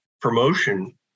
promotion